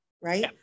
Right